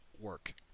work